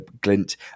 glint